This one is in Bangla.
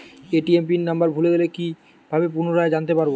এ.টি.এম পিন নাম্বার ভুলে গেলে কি ভাবে পুনরায় জানতে পারবো?